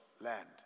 land